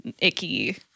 icky